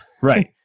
Right